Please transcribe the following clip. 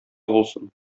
булсын